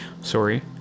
Sorry